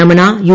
Ramana U